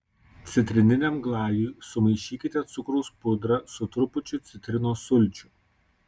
citrininiam glajui sumaišykite cukraus pudrą su trupučiu citrinos sulčių